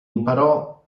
imparò